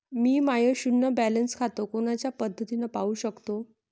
मी माय शुन्य बॅलन्स खातं कोनच्या पद्धतीनं पाहू शकतो?